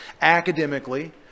academically